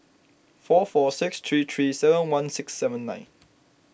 four four six three three seven one six seven nine